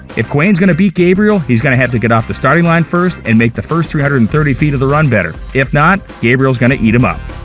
if quain's going to beat gabriel, he's going to have to get off the starting line first, and make the first three hundred and thirty feet of the run better. if not, gabriel's going to eat him up.